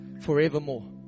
forevermore